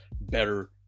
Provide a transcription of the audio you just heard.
better